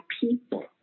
people